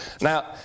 Now